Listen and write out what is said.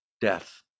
death